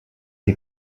die